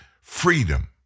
freedom